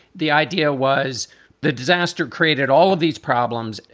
the idea was the disaster created all of these problems,